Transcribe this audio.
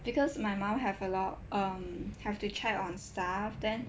because my mum have a lot um have to check on stuff then